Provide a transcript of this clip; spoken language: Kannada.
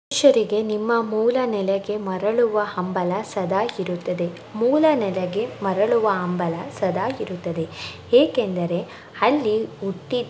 ಶರಿಗೆ ನಿಮ್ಮ ಮೂಲ ನೆಲೆಗೆ ಮರಳುವ ಹಂಬಲ ಸದಾ ಇರುತ್ತದೆ ಮೂಲ ನೆಲೆಗೆ ಮರಳುವ ಹಂಬಲ ಸದಾ ಇರುತ್ತದೆ ಏಕೆಂದರೆ ಅಲ್ಲಿ ಹುಟ್ಟಿ